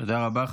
תודה רבה.